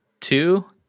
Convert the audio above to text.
two